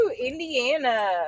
Indiana